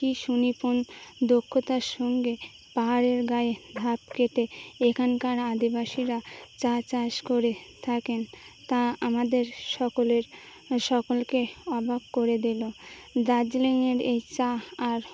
কি সুনিপুণ দক্ষতার সঙ্গে পাহাড়ের গায়ে ধাপ কেটে এখানকার আদিবাসীরা চা চাষ করে থাকেন তা আমাদের সকলের সকলকে অবাক করে দিলো দার্জিলিংয়ের এই চা আর